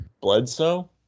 Bledsoe